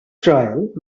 trials